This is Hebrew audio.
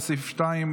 לסעיף 2,